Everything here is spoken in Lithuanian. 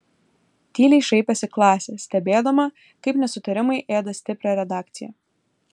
tyliai šaipėsi klasė stebėdama kaip nesutarimai ėda stiprią redakciją